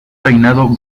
reinado